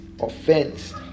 offense